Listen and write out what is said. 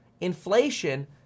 Inflation